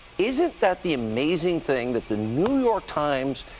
isn't that the amazing thing that the new york times,